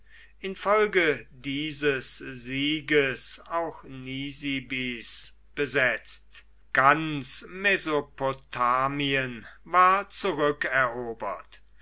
infolge dieses sieges auch nisibis besetzt ganz mesopotamien war